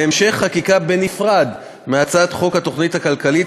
להמשך חקיקה בנפרד מהצעת חוק התוכנית הכלכלית,